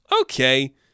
Okay